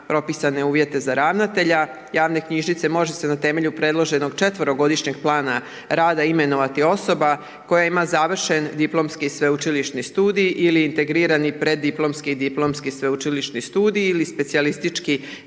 propisane uvjete za ravnatelja javne knjižnice može se na temelju predloženog četverogodišnjeg plana rada imenovati osoba koja ima završen diplomski i sveučilišni studij ili integrirani preddiplomski i diplomski sveučilišni studij ili specijalistički